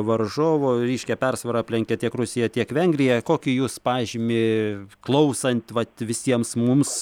varžovų ryškia persvara aplenkė tiek rusija tiek vengrija kokį jūs pažymį klausant vat visiems mums